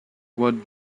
what